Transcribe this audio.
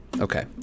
Okay